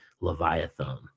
leviathan